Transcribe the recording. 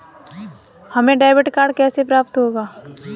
हमें debit card कैसे प्राप्त होगा?